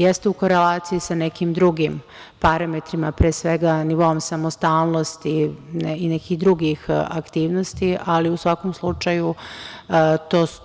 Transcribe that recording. Jeste u koleraciji sa nekim drugim parametrima, pre svega nivoom samostalnosti i nekih drugih aktivnosti, ali u svakom slučaju